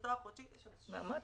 18יד. מענק